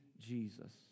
Jesus